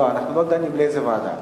לא, אנחנו לא דנים לאיזו ועדה.